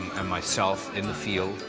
and myself in the field.